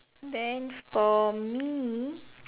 then for me